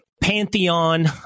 pantheon